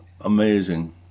amazing